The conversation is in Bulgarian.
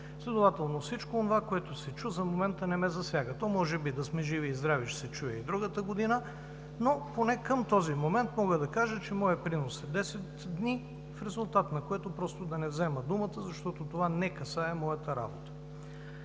Следователно всичко онова, което се чу за момента, не ме засяга. То може би, да сме живи и здрави, ще се чуе и другата година, но поне към този момент мога да кажа, че моят принос е 10 дни, в резултат на което да не взема думата, защото това не касае моята работа.